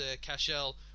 Cashel